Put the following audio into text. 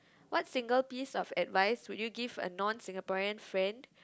what single piece of advice will you give a non Singaporean friend